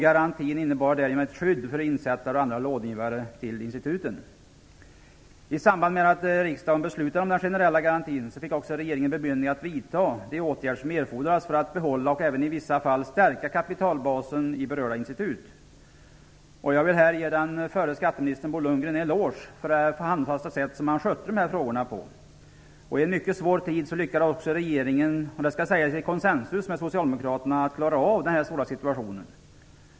Garantin innebar därigenom ett skydd för insättare och andra långivare till instituten. I samband med att riksdagen beslutade om den finansiella garantin fick också regeringen bemyndigande att vidta de åtgärder som erfordrades för att behålla och även i vissa fall stärka kapitalbasen i berörda institut. Jag vill här ge den förre skatteministern Bo Lundgren en eloge för det handfasta sätt som han skötte dessa frågor på. I en mycket svår tid lyckades regeringen också - i konsensus med socialdemokraterna - att klara denna svåra situation.